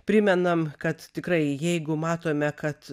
primenam kad tikrai jeigu matome kad